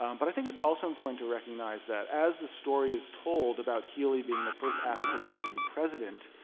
um but i think it's also important to recognize that as the story is told about healey being the first african-american president